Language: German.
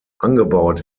angebaut